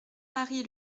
marie